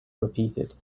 repeated